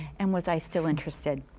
and was i still interested.